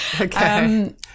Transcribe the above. Okay